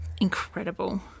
incredible